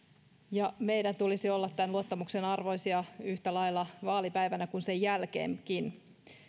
ja meidän tulisi olla tämän luottamuksen arvoisia yhtä lailla vaalipäivänä kuin sen jälkeenkin